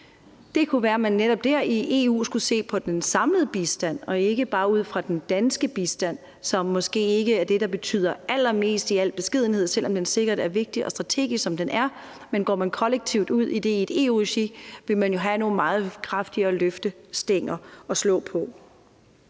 Det kunne være, at man netop der i EU skulle se på den samlede bistand og ikke bare den danske bistand, som måske ikke er den, der betyder allermest – i al beskedenhed – selv om den sikkert er vigtig og strategisk, som den er. Men går man kollektivt ud i det i et EU-regi, vil man jo have nogle meget kraftigere løftestænger at løfte